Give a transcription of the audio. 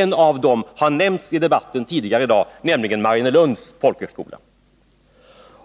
En av dem har nämnts i debatten tidigare, nämligen Mariannelunds folkhögskola.